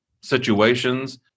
situations